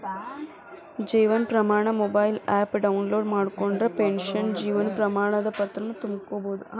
Jeevan Pramaan mobile app download ಮಾಡ್ಕೊಂಡ್ರ pension Jeevan Pramaan ಪತ್ರಾನ ತೊಕ್ಕೊಬೋದು